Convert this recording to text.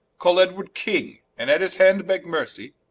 call edward king, and at his hands begge mercy,